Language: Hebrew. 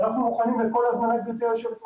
אנחנו מוכנים לכל הזמנה גברתי היושבת ראש,